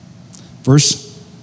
Verse